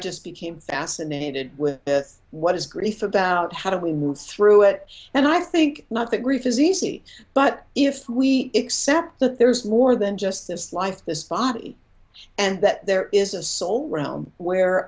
just became fascinated with what is grief about how do we move through it and i think not that grief is easy but if we accept that there is more than just this life this body and that there is a soul around where